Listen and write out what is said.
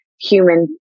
human